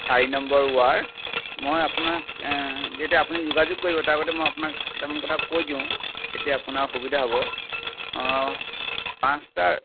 চাৰি number ward মই আপোনাক যেতিয়া আপুনি যোগাযোগ কৰিব তাৰ আগতে মই আপোনাক কেইটামান কথা কৈ দিওঁ তেতিয়া আপোনাৰ সুবিধা হ'ব অঁ পাঁচটাৰ